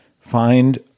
find